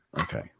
okay